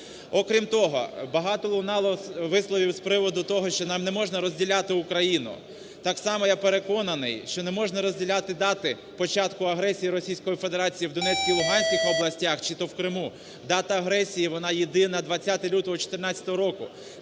Окрім того, багато лунало висловів з приводу того, що нам не можна розділяти Україну. Так само, я переконаний, що не можна розділяти дати початку агресії Російської Федерації в Донецькій і Луганських областях чи то в Криму. Дата агресії вона єдина – 20 лютого 2014 року.